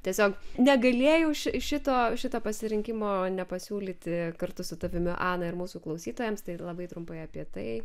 tiesiog negalėjau ši šito šito pasirinkimo nepasiūlyti kartu su tavimi ana ir mūsų klausytojams tai labai trumpai apie tai